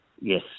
Yes